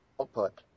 output